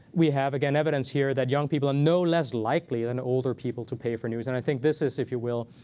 we have, again, evidence here that young people are no less likely than older people to pay for news. and i think this is, if you will,